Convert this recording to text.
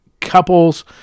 couples